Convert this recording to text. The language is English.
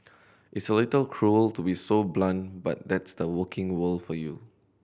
it's a little cruel to be so blunt but that's the working world for you